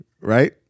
right